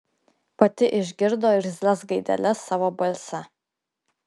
pati išgirdo irzlias gaideles savo balse